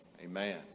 Amen